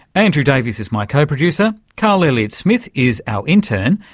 andrew davies is my co-producer, carl elliott smith is our intern,